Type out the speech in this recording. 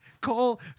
call